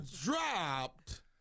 dropped